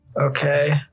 Okay